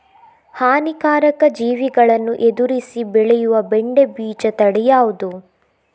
ಹಾನಿಕಾರಕ ಜೀವಿಗಳನ್ನು ಎದುರಿಸಿ ಬೆಳೆಯುವ ಬೆಂಡೆ ಬೀಜ ತಳಿ ಯಾವ್ದು?